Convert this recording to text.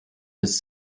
his